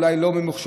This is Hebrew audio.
אולי לא במחשבות,